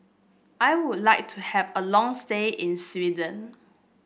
I would like to have a long stay in Sweden